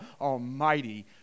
Almighty